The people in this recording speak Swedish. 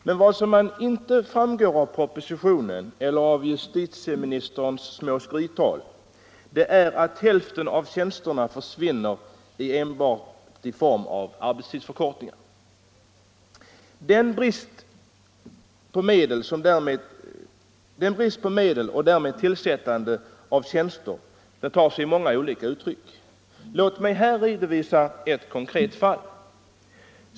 Men vad som inte framgår av propositionen eller av justitieministerns små skryttal är att hälften av tjänsterna försvinner enbart i form av arbetstidsförkortningar. Bristen på medel och därmed på tillsättande av tjänster tar sig många olika uttryck. Låt mig här redovisa ett konkret fall.